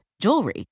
jewelry